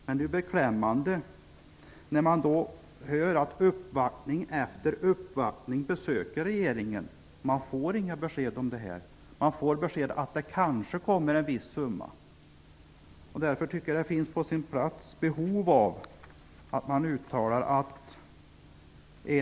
Det är beklämmande att höra att uppvaktning efter uppvaktning besöker regeringen utan att få besked. Man får beskedet att det kanske kommer en viss summa. Jag tycker därför att det är på sin plats att det görs ett uttalande.